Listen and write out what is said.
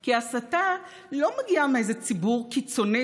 כי ההסתה לא מגיעה מאיזה ציבור קיצוני